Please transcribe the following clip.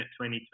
2022